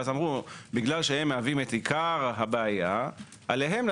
אם אנו יכולים להצביע על זה שאותם מי שמשתמש בשקיות האלה